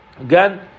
again